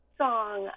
song